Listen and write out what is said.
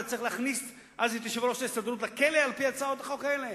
היה צריך להכניס אז את יושב-ראש ההסתדרות לכלא על-פי הצעות החוק האלה?